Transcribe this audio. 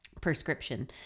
prescription